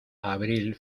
abril